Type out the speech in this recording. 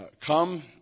come